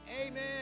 amen